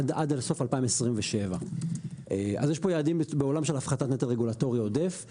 עד לסוף 2027. אז יש פה יעדים בעולם של הפחתת נטל רגולטורי עודף.